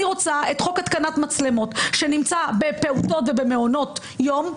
אני רוצה את חוק התקנת מצלמות שנמצא בפעוטונים ובמעונות יום,